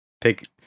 take